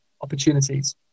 opportunities